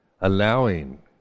allowing